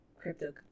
crypto